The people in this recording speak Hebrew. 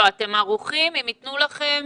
אתם ערוכים אם יתנו לכם